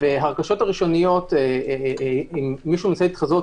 וההרכשות הראשוניות מי שרוצה להתחזות,